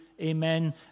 amen